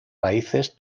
raíces